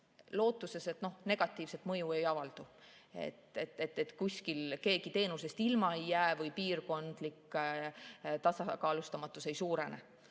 lootuses, et negatiivset mõju ei avaldu, et kuskil keegi teenusest ilma ei jää või piirkondlik tasakaalustamatus ei suurene.